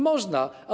Można.